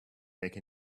make